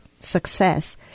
success